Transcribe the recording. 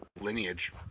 lineage